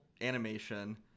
animation